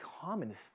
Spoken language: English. common